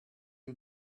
you